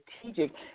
strategic